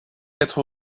être